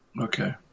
Okay